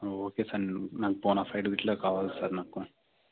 okay sir నాకు bonafide ఇట్లా కావాలి సార్ నాకు